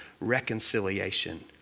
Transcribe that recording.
reconciliation